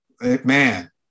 Man